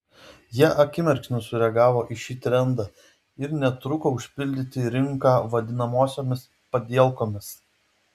jie akimirksniu sureagavo į šį trendą ir netruko užpildyti rinką vadinamosiomis padielkomis